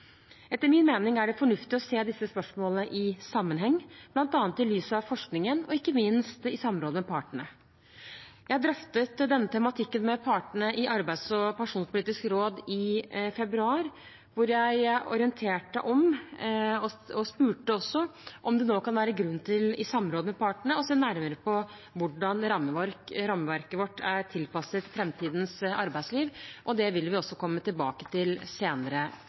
Etter min mening er det fornuftig å se disse spørsmålene i sammenheng, bl.a. i lys av forskningen og ikke minst i samråd med partene. Jeg drøftet denne tematikken med partene i Arbeidslivs- og pensjonspolitisk råd i februar, hvor jeg orienterte – og spurte også – om det nå kan være grunn til i samråd med partene å se nærmere på hvordan rammeverket vårt er tilpasset framtidens arbeidsliv. Det vil vi også komme tilbake til senere.